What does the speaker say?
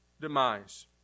demise